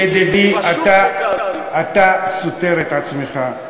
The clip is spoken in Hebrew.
ידידי, אתה סותר את עצמך.